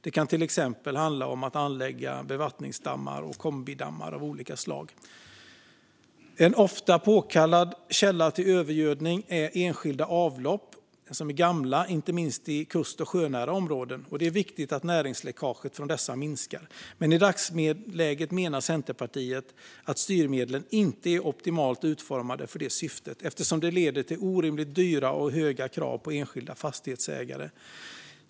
Det kan till exempel handla om att anlägga bevattningsdammar och kombidammar av olika slag. En ofta omtalad källa till övergödning är enskilda avlopp som är gamla, inte minst i kust och sjönära områden. Det är viktigt att näringsläckaget från dessa minskar. I dagsläget menar vi från Centerpartiet dock att styrmedlen inte är optimalt utformade för detta syfte, eftersom de leder till orimligt dyra och höga krav på enskilda fastighetsägare.